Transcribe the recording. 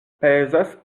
pezas